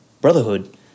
brotherhood